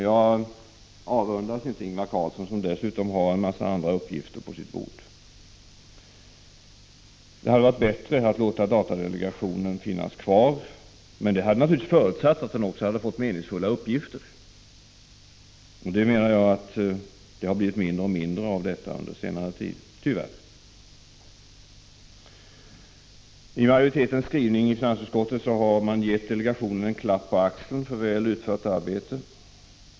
Jag avundas inte Ingvar Carlsson, som dessutom har en mängd andra uppgifter på sitt bord. Det hade varit bättre att låta datadelegationen finnas kvar, men det hade naturligtvis förutsatt att delegationen också hade fått meningsfulla uppgifter. Jag menar att det tyvärr blivit mindre och mindre av detta under senare tid. I majoritetsskrivningen i finansutskottet har man gett datadelegationen en klapp på axeln för väl utfört arbete.